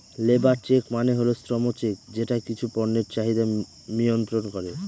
labour check মানে হল শ্রম চেক যেটা কিছু পণ্যের চাহিদা মিয়ন্ত্রন করে